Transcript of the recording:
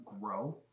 grow